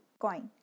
Coin